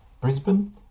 Brisbane